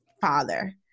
father